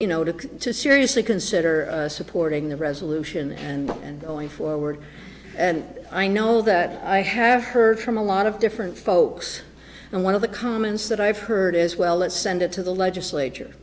you know to to seriously consider supporting the resolution and going forward and i know that i have heard from a lot of different folks and one of the comments that i've heard is well let's send it to the legislature